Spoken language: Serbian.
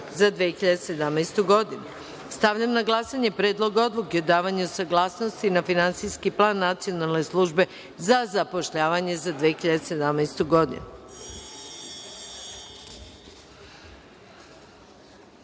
za 2017. godinu. Stavljam na glasanje Predlog odluke o davanju saglasnosti za Finansijski plan Nacionalne službe za zapošljavanje za 2017.